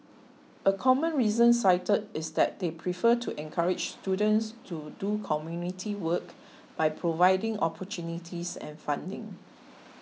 a common reason cited is that they prefer to encourage students to do community work by providing opportunities and funding